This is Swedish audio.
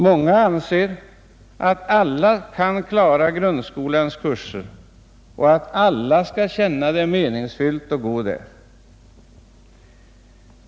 Många anser att alla kan klara grundskolans kurser och att alla skall känna det meningsfyllt att gå där.